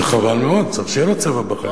זה חבל מאוד, צריך שיהיה לו צבע בחיים.